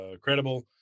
credible